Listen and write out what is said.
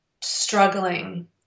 struggling